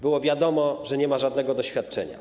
Było wiadomo, że nie ma żadnego doświadczenia.